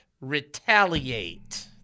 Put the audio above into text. retaliate